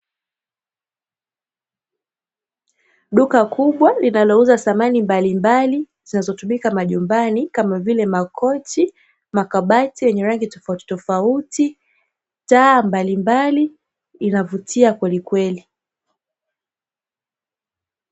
Duka kubwa linalouza samani mbalimbali zinazotumika majumbani kama vile makochi, makabati yenye rangi tofautitofauti, taa mbalimbali. Inavutia kwelikweli.